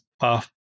path